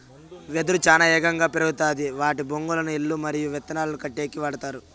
వెదురు చానా ఏగంగా పెరుగుతాది వాటి బొంగులను ఇల్లు మరియు వంతెనలను కట్టేకి వాడతారు